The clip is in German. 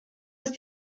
ist